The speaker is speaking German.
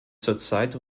zurzeit